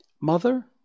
Mother